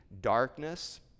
darkness